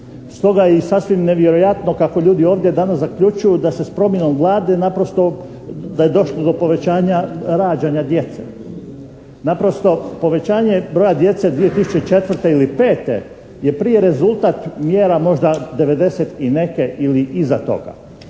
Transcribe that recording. Stoga je sasvim nevjerojatno kako ljudi ovdje danas zaključuju da se s promjenom Vlade naprosto da je došlo do povećanja rađanja djece. Naprosto povećanje broja djece 2004. ili 2005. je prije rezultat mjera možda devedeset i neke ili iza toga.